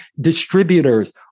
distributors